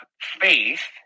faith